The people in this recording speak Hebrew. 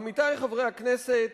עמיתי חברי הכנסת,